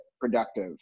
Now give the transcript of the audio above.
productive